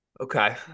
Okay